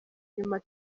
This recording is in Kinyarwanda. nyuma